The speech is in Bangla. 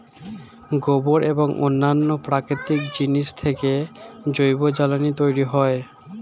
গোবর এবং অন্যান্য প্রাকৃতিক জিনিস থেকে জৈব জ্বালানি তৈরি হয়